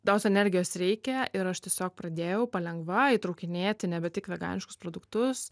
tos energijos reikia ir aš tiesiog pradėjau palengva įtraukinėti nebe tik veganiškus produktus